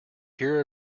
here